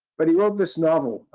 but he wrote this novel,